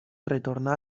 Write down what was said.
retornà